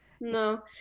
no